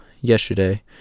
yesterday